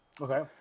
Okay